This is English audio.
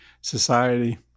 society